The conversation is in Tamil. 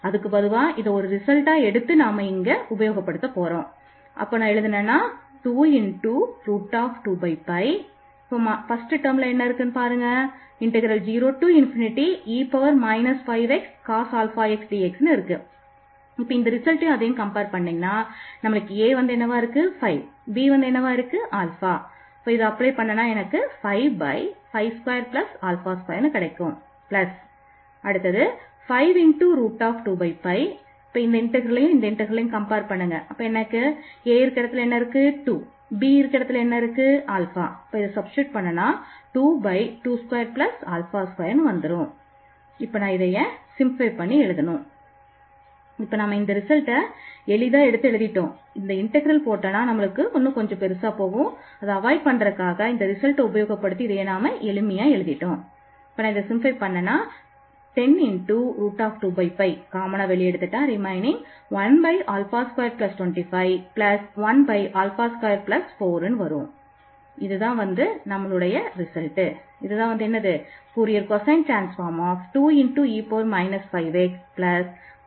அடுத்த கணக்கை எடுத்துக் கொள்ளலாம்